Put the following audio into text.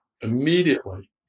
Immediately